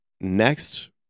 next